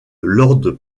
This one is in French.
lord